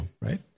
right